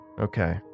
Okay